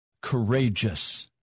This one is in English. courageous